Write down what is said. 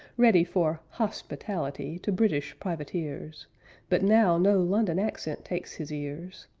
ready for hospitality to british privateers but now no london accent takes his ears,